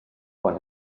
quan